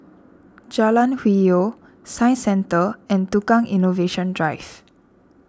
Jalan Hwi Yoh Science Centre and Tukang Innovation Drive